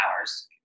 hours